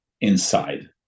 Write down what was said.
inside